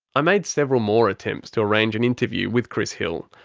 i made several more attempts to arrange an interview with chris hill,